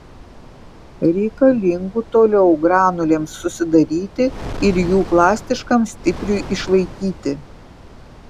reikalingų toliau granulėms susidaryti ir jų plastiškam stipriui išlaikyti